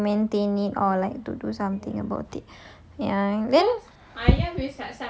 ya to maintain it or like to do something about it ya then